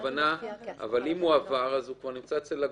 אם הוא עבר, הוא כבר נמצא אצל הגוף.